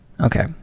okay